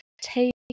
Take